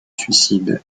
suicide